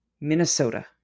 Minnesota